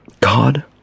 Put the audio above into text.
God